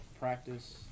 practice